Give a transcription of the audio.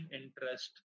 interest